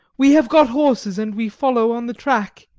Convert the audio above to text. we have got horses, and we follow on the track.